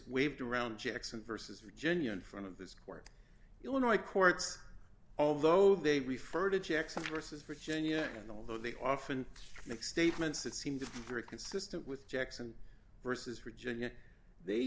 waved around jackson versus virginia in front of this court illinois courts although they refer to jackson versus virginia and although they often make statements that seem to be very consistent with jackson versus virginia they